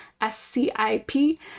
s-c-i-p